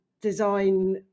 design